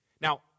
Now